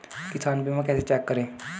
किसान बीमा कैसे चेक करें?